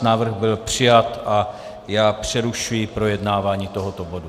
Návrh byl přijat a já přerušuji projednávání tohoto bodu.